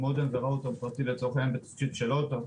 כמו מודם וראוטר פרטי בתקציב של הוט.